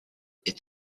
est